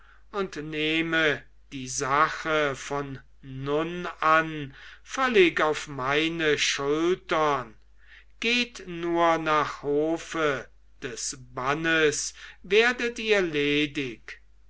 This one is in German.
und nehme die sache von nun an völlig auf meine schultern geht nur nach hofe des bannes werdet ihr ledig